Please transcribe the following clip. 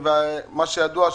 מה שידוע,